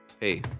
hey